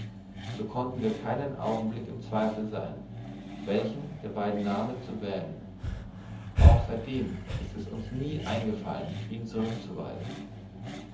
so konnten wir keinen augenblick im zweifel sein welchen der beiden namen zu wählen auch seitdem ist es uns nie eingefallen ihn zurückzuweisen